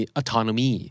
autonomy